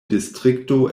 distrikto